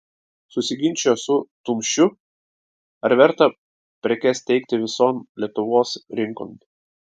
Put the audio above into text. susiginčijo su tumšiu ar verta prekes teikti vison lietuvos rinkon